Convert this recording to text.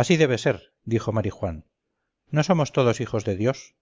así debe ser dijo marijuán no somos todos hijos de dios